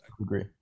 agree